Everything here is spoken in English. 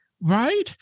Right